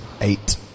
eight